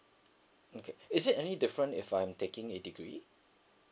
okay is it any different if I'm taking a degree